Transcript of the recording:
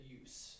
use